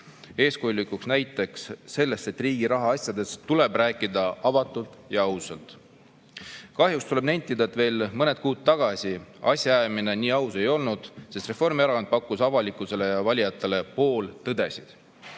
eeskujulikuks näiteks sellest, et riigi rahaasjadest tuleb rääkida avatult ja ausalt. Kahjuks tuleb nentida, et veel mõned kuud tagasi asjaajamine nii aus ei olnud, sest Reformierakond pakkus avalikkusele ja valijatele pooltõdesid.